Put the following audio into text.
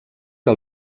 que